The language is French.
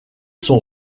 son